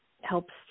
helps